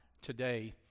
today